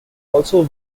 also